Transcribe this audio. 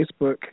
Facebook